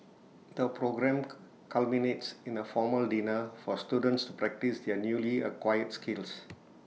the programme culminates in A formal dinner for students to practise their newly acquired skills